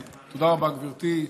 גברתי.